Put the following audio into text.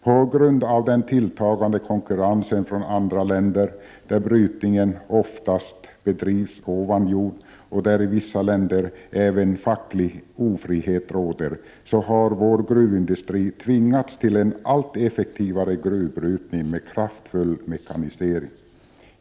På grund av den tilltagande konkurrensen från andra länder, där brytningen oftast bedrivs ovan jord och där det i vissa länder också råder facklig ofrihet, har vår gruvindustri tvingats till en allt effektivare gruvbrytning med kraftfull mekanisering.